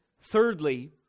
Thirdly